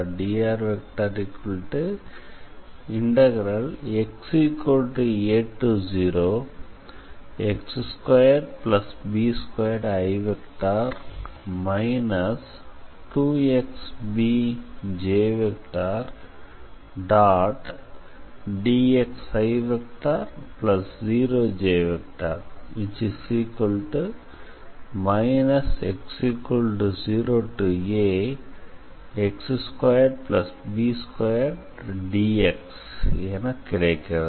dxi0j−x0ax2b2dxஎன கிடைக்கிறது